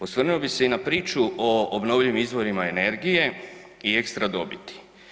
Osvrnuo bi se i na priču o obnovljivim izvorima energije i ekstra dobiti.